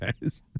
guys